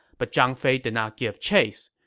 but zhang fei did not give chase.